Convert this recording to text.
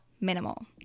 minimal